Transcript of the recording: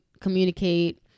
communicate